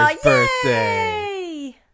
birthday